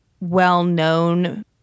well-known